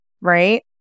right